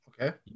Okay